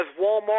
Walmart